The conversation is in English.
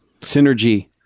Synergy